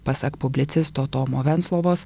pasak publicisto tomo venclovos